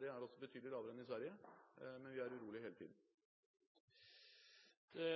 Det er betydelig lavere enn i Sverige, men vi er urolige hele tiden. Det